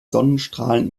sonnenstrahlen